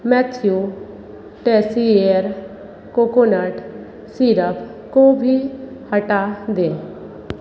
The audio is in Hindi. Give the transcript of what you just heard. मैथ्यू टेसीएयर कोकोनट सिरप को भी हटा दें